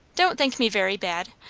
don't think me very bad.